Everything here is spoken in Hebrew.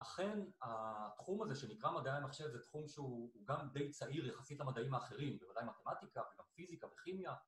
אכן התחום הזה שנקרא מדעי המחשב זה תחום שהוא גם די צעיר יחסית למדעים האחרים, בוודאי מתמטיקה וגם פיזיקה וכימיה.